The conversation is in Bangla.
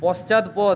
পশ্চাৎপদ